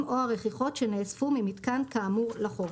או הרכיכות שנאספו ממיתקן כאמור לחוף.